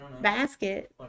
basket